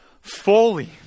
fully